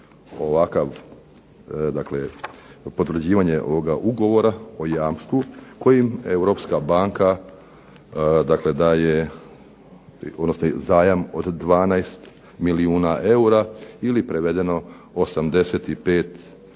ovakav dakle potvrđivanje ovoga ugovora o jamstvu, kojim Europska banka dakle daje, odnosno zajam od 12 milijuna eura, ili prevedeno 85 milijuna